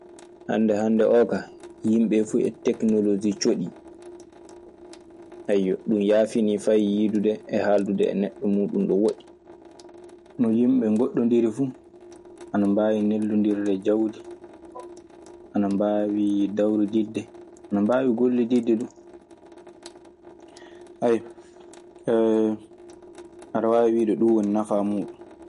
Hande hande o ka hiɓe fu e teknoloji o coɗi. dun yafini yidude e handude e neɗo muɗum ɗo woɗi. No yimɓe ngoɗɗondiri fu ana mbaawi neldondirde jawdi. Ana mbaawi dawrudidde. Ana mbaawi gollididde duu. A yiy, Aɗa waawi wiyde ɗum woni nafaa muɗum.